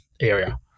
area